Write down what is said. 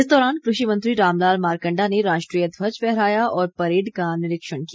इस दौरान कृषि मंत्री रामलाल मारकण्डा ने राष्ट्रीय ध्वज फहराया और परेड का निरीक्षण किया